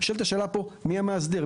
נשאלת השאלה פה מי המאסדר?